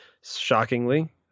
shockingly